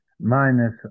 minus